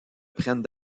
prennent